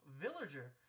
Villager